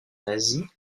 nazie